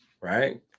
Right